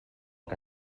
que